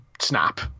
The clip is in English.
snap